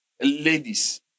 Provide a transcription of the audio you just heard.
ladies